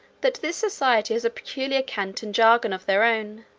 that this society has a peculiar cant and jargon of their own,